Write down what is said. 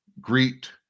Greet